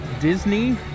Disney